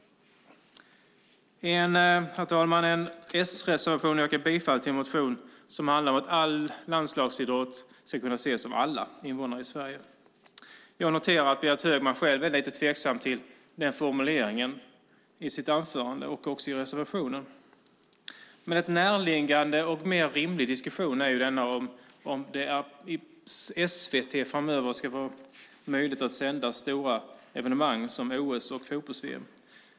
Herr talman! I en S-reservation yrkar man bifall till en motion som handlar om att all landslagsidrott ska kunna ses av alla invånare i Sverige. Jag noterar att Berit Högman själv var lite tveksam till den formuleringen i sitt anförande och i reservationen. En närliggande och mer rimlig diskussion gäller om SVT framöver ska få möjlighet att sända stora evenemang som OS och fotbolls-VM.